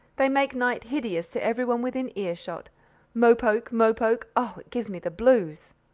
they make night hideous to everyone within earshot mo-poke! mo-poke oh! it gives me the blues!